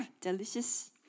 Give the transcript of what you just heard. delicious